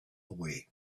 away